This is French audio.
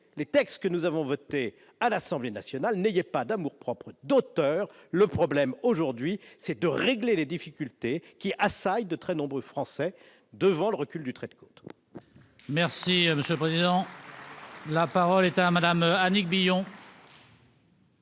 les textes que nous avons votés ! Je lui dis : n'ayez pas d'amour-propre d'auteur, car le problème est de régler les difficultés qui assaillent de très nombreux Français devant le recul du trait de côte